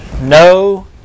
no